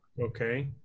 okay